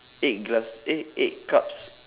eight glass eh eight cups